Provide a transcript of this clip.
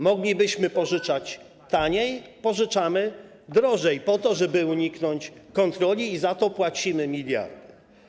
Moglibyśmy pożyczać taniej, pożyczamy drożej, po to żeby uniknąć kontroli, i za to płacimy miliardy.